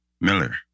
Miller